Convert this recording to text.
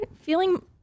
feeling